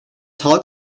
halk